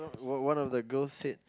one one of the girls said